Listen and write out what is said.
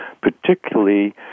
particularly